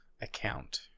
account